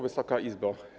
Wysoka Izbo!